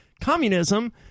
communism